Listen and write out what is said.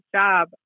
job